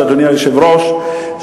אדוני היושב-ראש,